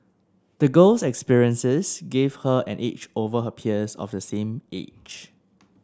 the girl's experiences gave her an edge over her peers of the same age